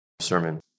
sermon